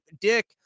dick